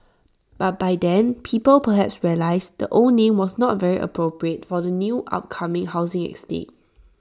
but by then people perhaps realised the old name was not very appropriate for the new upcoming housing estate